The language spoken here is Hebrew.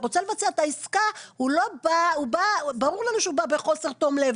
שרוצה לבצע את העסקה בא בחוסר תום לב.